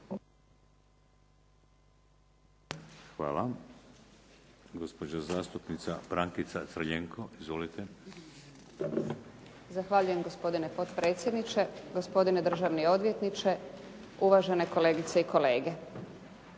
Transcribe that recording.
Hvala. Gospođa zastupnice Brankica Crljenko. Izvolite. **Crljenko, Brankica (SDP)** Zahvaljujem gospodine potpredsjedniče. Gospodine državni odvjetniče, uvažene kolegice i kolege.